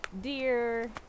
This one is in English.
deer